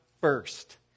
first